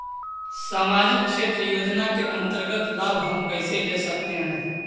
समाजिक क्षेत्र योजना के अंतर्गत लाभ हम कैसे ले सकतें हैं?